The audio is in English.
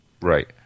Right